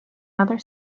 another